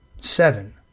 Seven